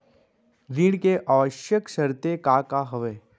ऋण के आवश्यक शर्तें का का हवे?